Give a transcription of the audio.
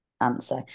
answer